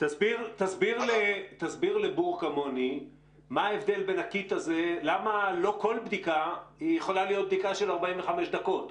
תסביר לבור כמוני למה לא כל בדיקה יכולה להיות בדיקה של 45 דקות?